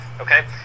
okay